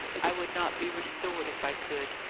i would not be restored if i could.